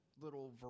little